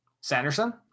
Sanderson